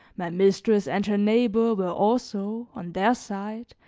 my mistress and her neighbor were also, on their side,